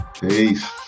Peace